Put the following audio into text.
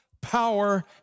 power